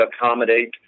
accommodate